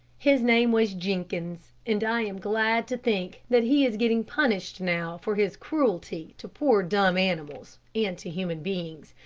his name was jenkins, and i am glad to think that he is getting punished now for his cruelty to poor dumb animals and to human beings.